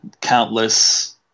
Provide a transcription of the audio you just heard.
countless